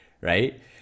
right